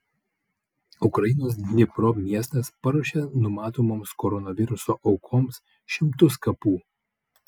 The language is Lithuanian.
ukrainos dnipro miestas paruošė numatomoms koronaviruso aukoms šimtus kapų